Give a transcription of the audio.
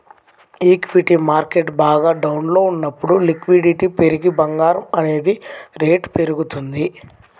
equity market బాగా డౌన్లో ఉన్నప్పుడు లిక్విడిటీ పెరిగి బంగారం అనేది రేటు పెరుగుతుంది